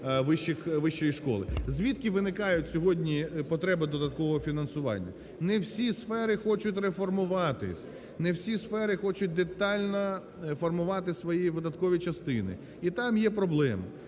Звідки виникають сьогодні потреби додаткового фінансування? Не всі сфери хочуть реформуватись, не всі сфери хочуть детально формувати свої видаткові частини. І там є проблеми.